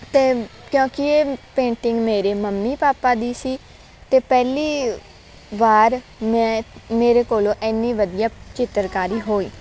ਅਤੇ ਕਿਉਂਕਿ ਪੇਂਟਿੰਗ ਮੇਰੇ ਮੰਮੀ ਪਾਪਾ ਦੀ ਸੀ ਅਤੇ ਪਹਿਲੀ ਵਾਰ ਮੈਂ ਮੇਰੇ ਕੋਲੋਂ ਇੰਨੀ ਵਧੀਆ ਚਿੱਤਰਕਾਰੀ ਹੋਈ